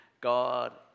God